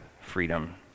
freedom